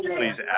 please